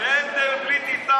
מממשלה